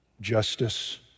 justice